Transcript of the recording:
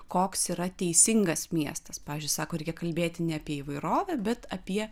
koks yra teisingas miestas pavyzdžiui sako reikia kalbėti ne apie įvairovę bet apie